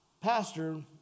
pastor